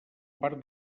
part